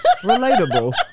Relatable